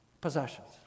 possessions